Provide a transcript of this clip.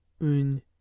une